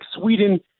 Sweden